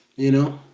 you know?